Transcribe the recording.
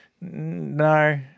no